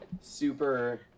super